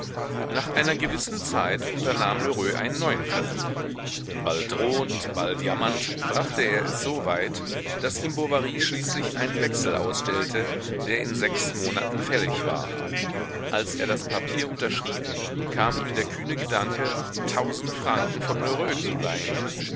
nach einer gewissen zeit unternahm lheureux einen neuen versuch bald drohend bald jammernd brachte er es so weit daß ihm bovary schließlich einen wechsel ausstellte der in sechs monaten fällig war als er das papier unterschrieb kam ihm der kühne gedanke tausend franken von lheureux zu leihen